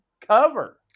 cover